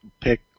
pick